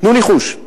תנו ניחוש.